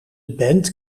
band